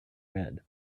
red